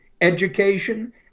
education